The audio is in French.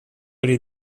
les